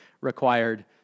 required